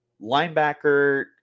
linebacker